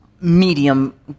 medium